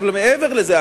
אבל מעבר לזה,